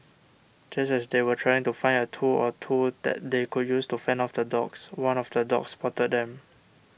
just as they were trying to find a tool or two that they could use to fend off the dogs one of the dogs spotted them